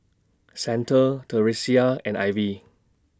Xander Theresia and Ivy